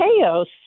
chaos